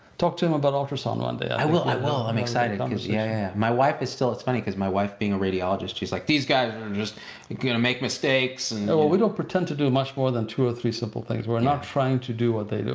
talk to him about ultrasound one day. i will, i will, i'm excited. um yeah, yeah, yeah. my wife is still, it's funny because my wife being a radiologist, she's like, these guys are just gonna make mistakes. and oh, we don't pretend to do much more than two or three simple things. we're not trying to do what they do.